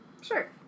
Sure